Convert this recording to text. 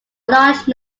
large